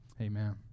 Amen